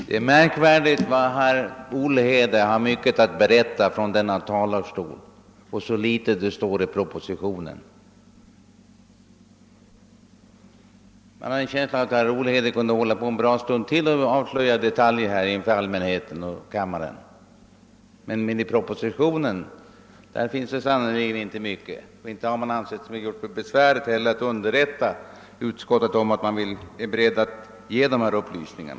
Herr talman! Det är märkvärdigt hur mycket herr Olhede har att berätta från denna talarstol och hur litet det står i propositionen. Man fick en känsla av att herr Olhede kunde hålla på en bra stund till och avslöja detaljer för allmänheten och kammaren. Men i propositionen finns det sannerligen inte mycket. Inte heller har man gjort sig besvär att underrätta utskottet om att man är beredd att ge dessa upplysningar.